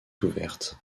ouverte